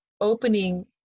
opening